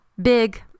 Big